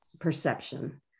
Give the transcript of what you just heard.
perception